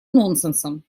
нонсенсом